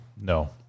no